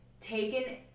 taken